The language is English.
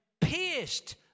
pierced